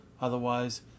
Otherwise